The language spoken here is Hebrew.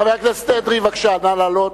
חבר הכנסת אדרי, בבקשה, נא לעלות.